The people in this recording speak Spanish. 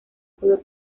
pudo